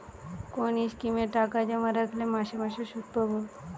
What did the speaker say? কোন স্কিমে টাকা জমা রাখলে মাসে মাসে সুদ পাব?